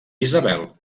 isabel